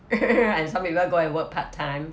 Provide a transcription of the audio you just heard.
and some people go and work part time